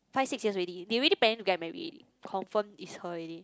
five six years already they already plan to get married confirm is her already